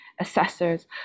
assessors